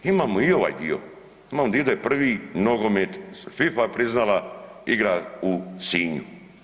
Imamo i ovaj dio, imamo da je prvi nogomet, FIFA je priznala, igran u Sinju.